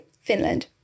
Finland